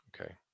Okay